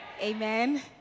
Amen